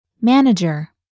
Manager